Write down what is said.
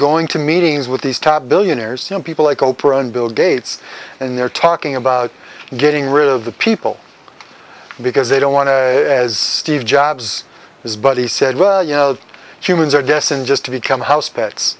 going to meetings with these top billionaires people like oprah and bill gates and they're talking about getting rid of the people because they don't want to as steve jobs his buddy said well you know humans are destined just to become house pets